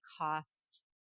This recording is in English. cost